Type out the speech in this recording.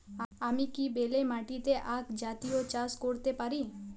আমি কি বেলে মাটিতে আক জাতীয় চাষ করতে পারি?